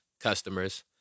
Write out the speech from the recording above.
customers